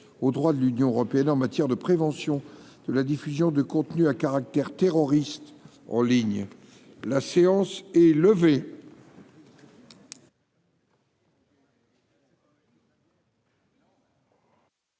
au droit de l'Union européenne en matière de prévention de la diffusion de contenus à caractère terroriste en ligne, la séance est levée.